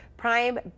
PRIME